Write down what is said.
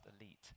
elite